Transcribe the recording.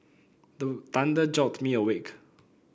the thunder jolt me awake